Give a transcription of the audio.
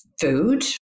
food